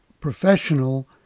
professional